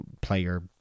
player